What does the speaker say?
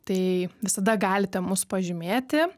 tai visada galite mus pažymėti